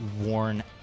worn